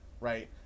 Right